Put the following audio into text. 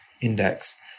index